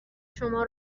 شما